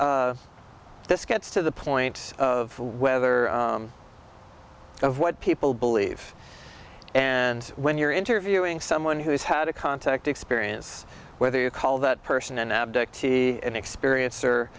this this gets to the point of weather of what people believe and when you're interviewing someone who's had a contact experience whether you call that person an abductee an experience or